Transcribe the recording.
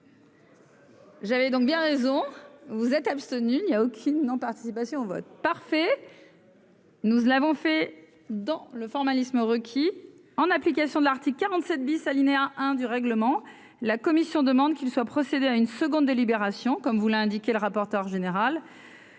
J'avais donc bien raison, vous êtes abstenue n'y a aucune non participation au vote parfait. Nous l'avons fait dans le formalisme requis en application de l'article 47 bis alinéa 1 du règlement, la commission demande qu'il soit procédé à une seconde délibération comme vous l'indiqué le rapporteur général